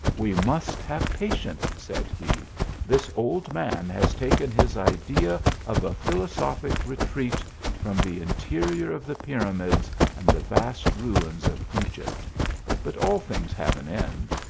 we must have patience, said he this old man has taken his idea of a philo sophic retreat from the interior of the pyramids and the vast ruins of egypt but all things have an end,